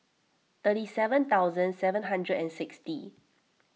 thirty seven thousand seven hundred and sixty